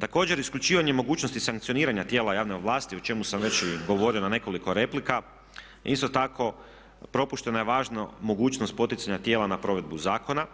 Također isključivanje mogućnosti sankcioniranja tijela javnih vlasti o čemu sam već i govorio na nekoliko replika isto tako propuštena je važna mogućnost poticanja tijela na provedbu zakona